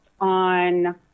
on